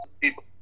people